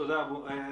אבו, תודה.